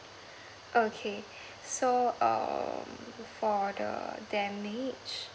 okay so um for the damage